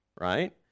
right